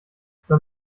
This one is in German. zur